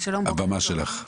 הבמה שלך.